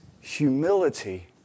humility